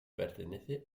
pertenece